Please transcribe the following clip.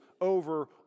over